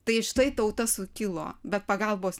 tai štai tauta sukilo bet pagalbos